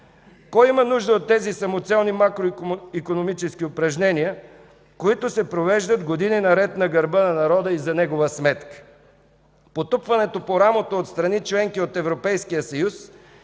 Кой има нужда от тези самоцелни макроикономически упражнения, които се провеждат години наред на гърба на народа и за негова сметка? Потупването по рамото от страни-членки от Европейския съюз